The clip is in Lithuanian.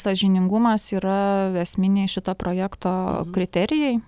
sąžiningumas yra esminiai šito projekto kriterijai